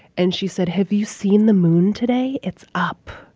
and she said, have you seen the moon today? it's up.